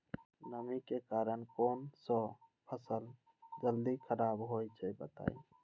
नमी के कारन कौन स फसल जल्दी खराब होई छई बताई?